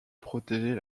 protéger